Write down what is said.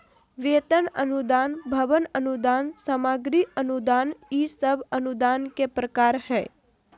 वेतन अनुदान, भवन अनुदान, सामग्री अनुदान ई सब अनुदान के प्रकार हय